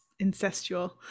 incestual